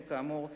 שכאמור,